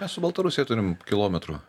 mes su baltarusija turim kilometrų